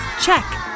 Check